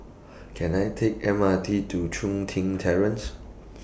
Can I Take M R T to Chun Tin Terrace